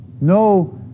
No